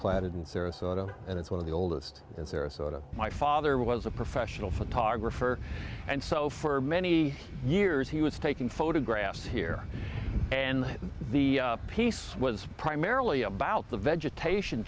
planted in sarasota and it's one of the oldest in sarasota my father was a professional photographer and so for many years he was taking photographs here and the piece was primarily about the vegetation